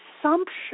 assumption